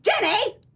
Jenny